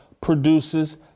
produces